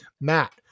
Matt